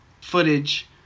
footage